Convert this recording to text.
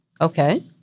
Okay